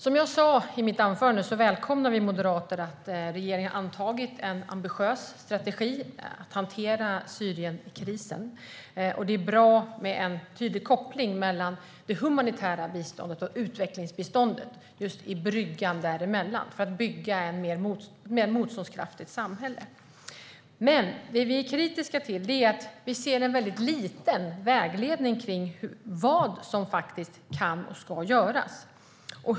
Som jag sa i mitt anförande välkomnar vi moderater att regeringen har antagit en ambitiös strategi för att hantera Syrienkrisen. Det är bra med en tydlig koppling mellan det humanitära biståndet och utvecklingsbiståndet, just i bryggan däremellan, för att bygga ett mer motståndskraftigt samhälle. Vi är dock kritiska till att det är väldigt lite vägledning för vad som faktiskt kan och ska göras.